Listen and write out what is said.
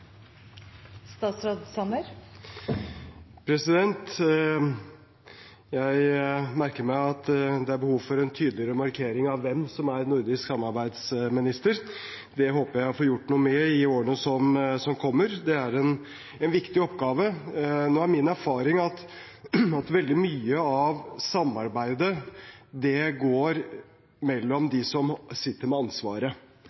behov for en tydeligere markering av hvem som er nordisk samarbeidsminister. Det håper jeg å få gjort noe med i årene som kommer. Det er en viktig oppgave. Min erfaring er at veldig mye av samarbeidet går mellom